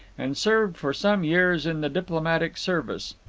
and served for some years in the diplomatic service.